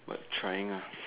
but trying ah